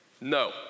No